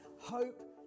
hope